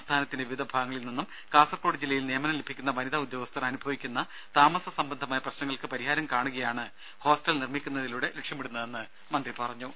സംസ്ഥാനത്തിന്റെ വിവിധ ഭാഗങ്ങളിൽ നിന്നും കാസർകോഡ് ജില്ലയിൽ നിയമനം ലഭിക്കുന്ന വനിത ഉദ്യോഗസ്ഥർ അനുഭവിക്കുന്ന താമസ സംബന്ധമായ പ്രശ്നങ്ങൾക്ക് പരിഹാരം കാണുകയാണ് ഹോസ്റ്റൽ നിർമ്മിക്കുന്നതിലൂടെ ലക്ഷ്യമിടുന്നതെന്ന് മന്ത്രി പറഞ്ഞു